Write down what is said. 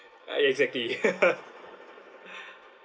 ah ya exactly